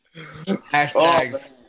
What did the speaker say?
hashtags